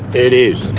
it is.